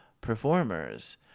performers